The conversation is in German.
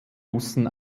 russen